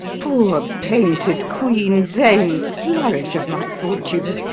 poor painted queen, vain flourish of my fortune!